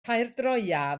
caerdroea